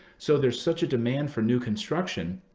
so there's such a demand for new construction.